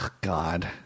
God